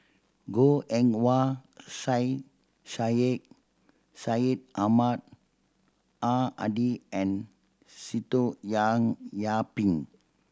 Goh Eng Wah Syed Syed Ahmad Al Hadi and Sitoh Young Yih Pin